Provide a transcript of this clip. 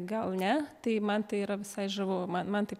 gal ne tai man tai yra visai žavu man man tai